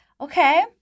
okay